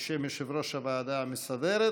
למליאה בשם יושב-ראש הוועדה המסדרת.